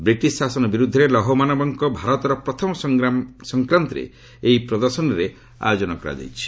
British ଶାସନ ବିରୁଦ୍ଧରେ ଲୌହ ମାନବଙ୍କ ଭାରତର ପ୍ରଥମ ସଂଗ୍ରାମ ସଂକ୍ରାନ୍ତରେ ଏହି ପ୍ରଦର୍ଶନୀରେ ଆୟୋଜନ କରାଯାଇଛି